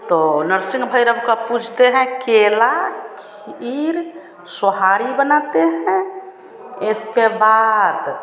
तो नरसिंह भैरव को पूजते हैं केला खीर सोहारी बनाते हैं इसके बाद